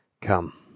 come